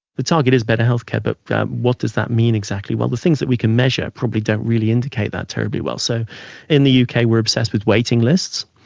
the target is better health care but what does that mean exactly? well the things that we can measure probably don't really indicate that terribly well. so in the yeah uk we're obsessed with waiting lists,